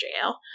jail